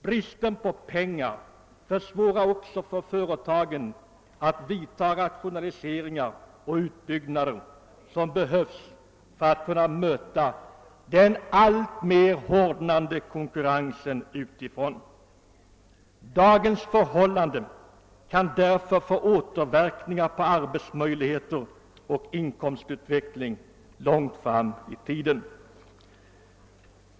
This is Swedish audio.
Bristen på pengar försvårar också för företagen att vidta de rationaliseringar och utbyggnader som behövs för att kunna möta den alltmer hårdnande konkurrensen utifrån. Dagens förhållanden kan därför få återverkningar på arbetsmöjligheterna och inkomstutvecklingen långt fram i tiden.